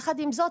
יחד עם זאת,